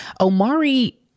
Omari